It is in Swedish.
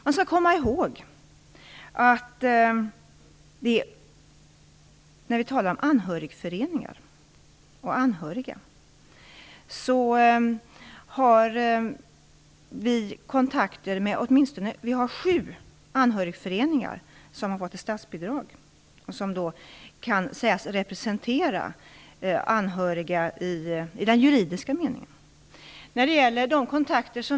Man skall komma ihåg att det finns sju anhörigföreningar som har fått statsbidrag och som i den juridiska meningen kan sägas representera anhöriga.